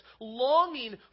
longing